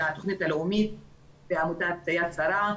התוכנית הלאומית ועמותת יד שרה.